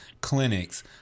clinics